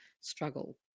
struggle